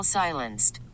silenced